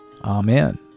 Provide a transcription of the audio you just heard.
Amen